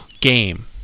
game